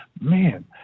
man